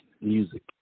music